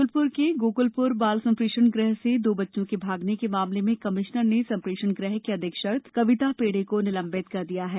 जबलपुर के गौकुलपुर बाल सम्प्रेषण गृह से दो बच्चों के भागने के मामले में कमिश्नर ने संप्रेषण गृह की अधीक्षक कविता पेड़े को निलंबित कर दिया है